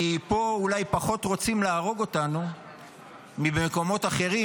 כי פה אולי פחות רוצים להרוג אותנו ממקומות אחרים,